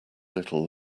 little